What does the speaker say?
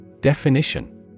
Definition